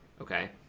Okay